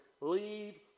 Leave